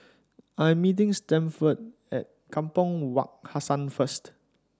I am meeting Stanford at Kampong Wak Hassan first